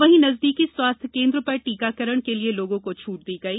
वहीं नजदीकी स्वास्थ्य केन्द्र पर टीकाकरण के लिए लोगों को छूट दी गई